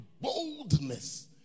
boldness